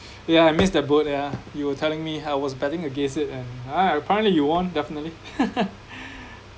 ya I missed that boat ya you were telling me I was betting against it and ah apparently you won definitely